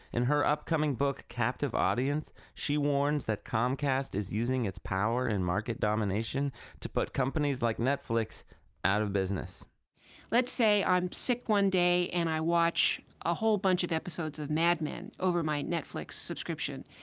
in her upcoming book captive audience, she warns that comcast is using its power in market domination to put companies like netflix out of business let's say i'm sick one day and i watch a whole bunch of episodes of mad men over my netflix subscription.